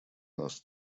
нас